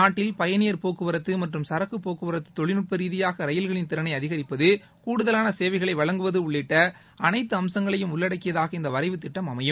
நாட்டில ் பயணியர் போக்குவரத்து மற்றும் சரக்குப் போக்குவரத்து தொழில்நுட்ப ரீதியாக ரயில்களின் திறளை அதிகரிப்பது கூடுதலான சேவைகளை வழங்குவது உள்ளிட்ட அனைத்து அம்சங்களையும் உள்ளடக்கியதாக இந்த வரைவு திட்டம் அமையும்